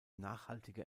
nachhaltige